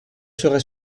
serai